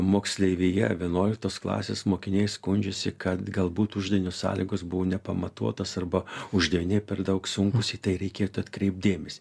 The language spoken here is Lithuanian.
moksleivija vienuoliktos klasės mokiniai skundžiasi kad galbūt uždavinių sąlygos buvo nepamatuotos arba uždaviniai per daug sunkūs į tai reikėtų atkreipt dėmesį